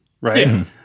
right